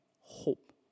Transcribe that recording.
hope